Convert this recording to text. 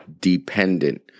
dependent